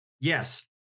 Yes